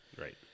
Right